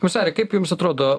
komisare kaip jums atrodo